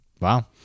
Wow